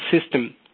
system